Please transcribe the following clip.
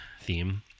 theme